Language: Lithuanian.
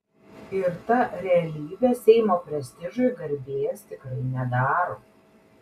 ir ta realybė seimo prestižui garbės tikrai nedaro